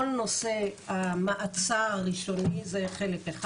כל נושא המעצר הראשוני, זה חלק אחד.